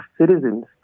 citizens